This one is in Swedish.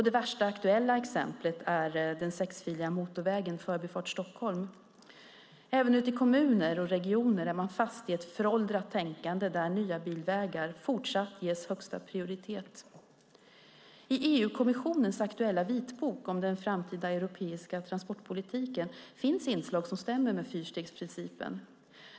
Det värsta aktuella exemplet är den sexfiliga motorvägen Förbifart Stockholm. Även ute i kommuner och regioner är man fast i ett föråldrat tänkande där nya bilvägar fortsatt ges högsta prioritet. I EU-kommissionens aktuella vitbok om den framtida europeiska transportpolitiken finns inslag som stämmer med fyrstegsprincipen.